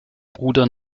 bruder